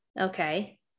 Okay